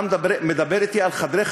אתה מדבר אתי על חדרי-חדרים?